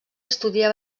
estudia